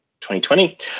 2020